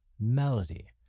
melody